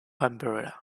umbrella